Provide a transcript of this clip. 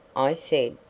i said.